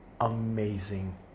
amazing